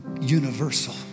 universal